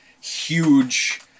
huge